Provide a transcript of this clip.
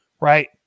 Right